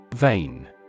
Vain